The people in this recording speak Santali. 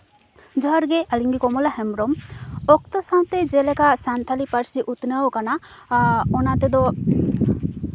ᱡᱚᱦᱟᱨ ᱜᱮ ᱟᱹᱞᱤᱧ ᱜᱮ ᱠᱚᱢᱚᱞᱟ ᱦᱮᱢᱵᱨᱚᱢ ᱚᱠᱛᱚ ᱥᱟᱶᱛᱮ ᱡᱮᱞᱮᱠᱟ ᱥᱟᱱᱛᱟᱲᱤ ᱯᱟᱹᱨᱥᱤ ᱩᱛᱱᱟᱹᱣ ᱠᱟᱱᱟ ᱚᱱᱟ ᱛᱮᱫᱚ